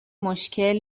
مشکل